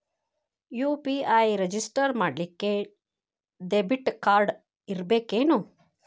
UPI register ಮಾಡ್ಲಿಕ್ಕೆ debit card ಇರ್ಬೇಕೇನು?